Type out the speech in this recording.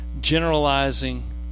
generalizing